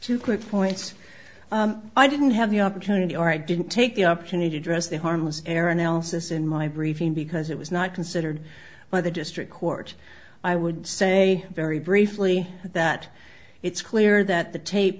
two quick points i didn't have the opportunity or i didn't take the opportunity to address the harmless error analysis in my briefing because it was not considered by the district court i would say very briefly that it's clear that the tape